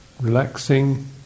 relaxing